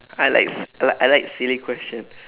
I like s~ like I like silly question